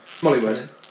Mollywood